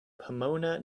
pomona